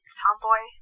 tomboy